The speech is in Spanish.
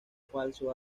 falso